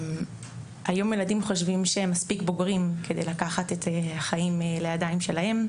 היום ילדים חושבים שהם מספיק בוגרים כדי לקחת את החיים לידיים שלהם,